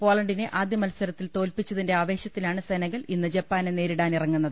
പോളണ്ടിനെ ആദ്യ മത്സരത്തിൽ തോൽപ്പിച്ചതിന്റെ ആവേശ ത്തിലാണ് സെനഗൽ ഇന്ന് ജപ്പാനെ നേരിടാനിറങ്ങുന്നത്